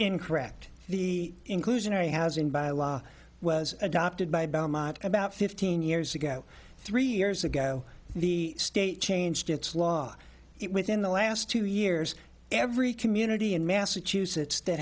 incorrect the inclusionary housing by law was adopted by belmont about fifteen years ago three years ago the state changed its law within the last two years every community in massachusetts that